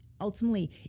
ultimately